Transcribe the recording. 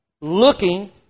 looking